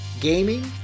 gaming